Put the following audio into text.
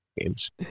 Games